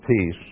peace